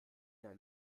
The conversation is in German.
der